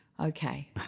okay